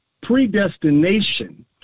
predestination